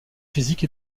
physique